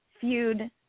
feud